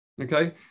Okay